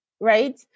right